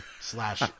slash